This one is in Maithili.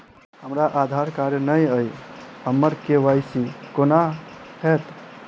हमरा आधार कार्ड नै अई हम्मर के.वाई.सी कोना हैत?